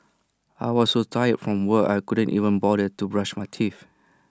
I was so tired from work I couldn't even bother to brush my teeth